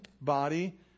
body